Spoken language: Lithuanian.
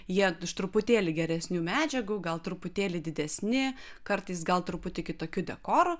jie iš truputėlį geresnių medžiagų gal truputėlį didesni kartais gal truputį kitokiu dekoru